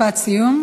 משפט סיום.